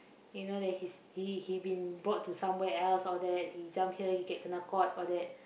you know that he's he he been brought to somewhere else all that he jump here he get kena caught all that